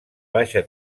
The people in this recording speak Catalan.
baixa